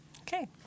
Okay